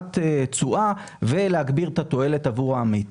תשואה ולהגביר את התועלת עבור העמית.